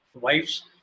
wives